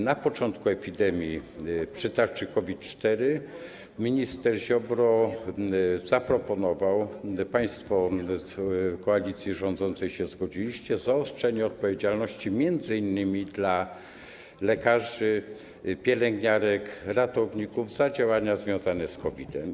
Na początku epidemii, przy tarczy 4.0 minister Ziobro zaproponował - a państwo z koalicji rządzącej się zgodziliście - zaostrzenie odpowiedzialności m.in. dla lekarzy, pielęgniarek, ratowników za działania związane z COVID-em.